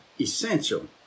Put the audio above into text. essential